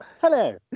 hello